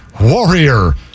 Warrior